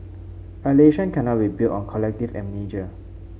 a nation cannot be built on collective amnesia